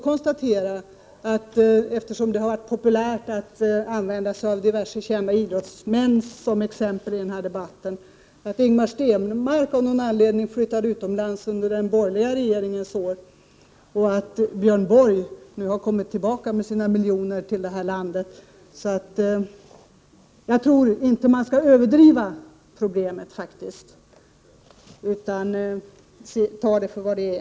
Det har varit populärt att använda diverse kända idrottsmän som exempel i den här debatten, och jag vill därför bara nämna att Ingemar Stenmark flyttade utomlands under den borgerliga regeringsperioden, medan Björn Borg nu har kommit tillbaka med sina miljoner till vårt land. Jag tror att man inte skall överdriva problemet utan får ta det för vad det är.